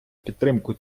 підтримку